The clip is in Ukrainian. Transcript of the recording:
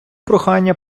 прохання